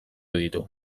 ditu